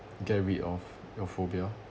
get rid of your phobia